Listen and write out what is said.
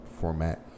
format